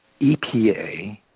EPA